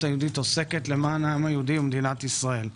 היהודית עוסקת בהן למען העם היהודי ומדינת ישראל.